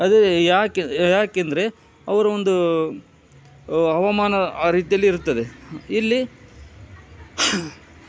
ಅದೇ ಯಾಕೆ ಯಾಕೆ ಅಂದರೆ ಅವರು ಒಂದು ಹವಾಮಾನ ಆ ರೀತಿಯಲ್ಲಿ ಇರ್ತದೆ ಇಲ್ಲಿ